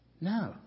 No